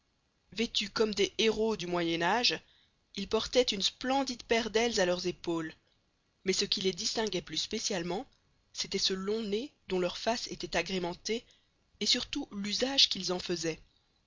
vêtus comme des hérauts du moyen age ils portaient une splendide paire d'ailes à leurs épaules mais ce qui les distinguait plus spécialement c'était ce long nez dont leur face était agrémentée et surtout l'usage qu'ils en faisaient